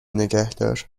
نگهدار